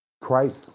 Christ